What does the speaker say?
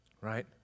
right